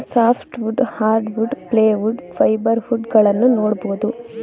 soft wood, hardwood, plywood, fibre wood ಗಳನ್ನೂ ನೋಡ್ಬೋದು